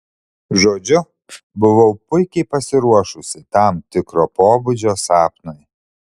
žodžiu buvau puikiai pasiruošusi tam tikro pobūdžio sapnui